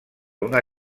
una